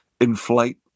inflate